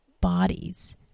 bodies